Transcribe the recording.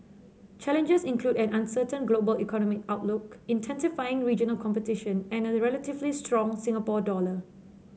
challenges include an uncertain global economic outlook intensifying regional competition and a relatively strong Singapore dollar